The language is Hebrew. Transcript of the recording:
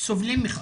סובלים מכך.